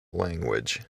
language